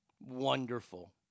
Wonderful